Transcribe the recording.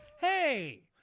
Hey